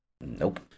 Nope